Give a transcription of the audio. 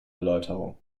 erläuterung